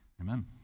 Amen